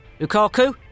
Lukaku